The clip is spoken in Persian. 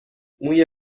موی